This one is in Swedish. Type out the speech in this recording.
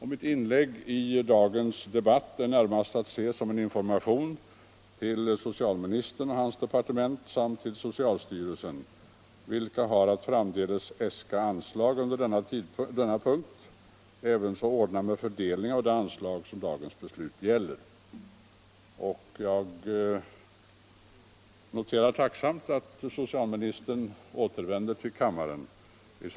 Mitt inlägg i dagens debatt är närmast att se som en information till socialministern och hans departement samt till socialstyrelsen, vilka har att framdeles äska anslag under denna punkt, ävenså ordna med fördelning av det anslag som dagens beslut gäller. Jag noterar i sammanhanget tacksamt att socialministern återvänder till kammaren.